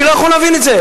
אני לא יכול להבין את זה.